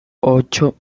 ocho